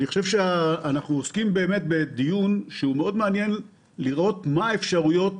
אנחנו עוסקים בדיון שמנסה לראות מה האפשרויות